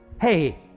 Hey